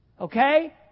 Okay